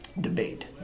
debate